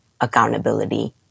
accountability